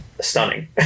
stunning